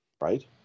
Right